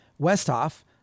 Westhoff